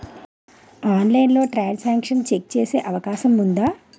ఆన్లైన్లో transaction check చేసే అవకాశం ఉందా?